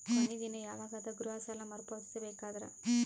ಕೊನಿ ದಿನ ಯವಾಗ ಅದ ಗೃಹ ಸಾಲ ಮರು ಪಾವತಿಸಬೇಕಾದರ?